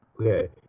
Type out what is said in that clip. Okay